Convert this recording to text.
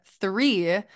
three